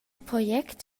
project